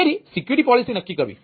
તેથી security policy નક્કી કરવી